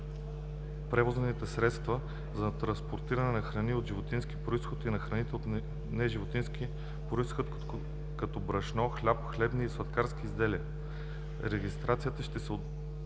превозните средства за транспортиране на храни от животински произход и на храни от неживотински произход като брашно, хляб, хлебни и сладкарски изделия. Регистрацията ще се